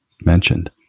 mentioned